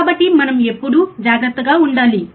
కాబట్టి మనం ఎప్పుడూ జాగ్రత్తగా ఉండాలి